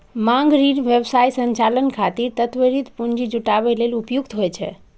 मांग ऋण व्यवसाय संचालन खातिर त्वरित पूंजी जुटाबै लेल उपयुक्त होइ छै